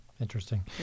Interesting